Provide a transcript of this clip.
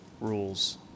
rules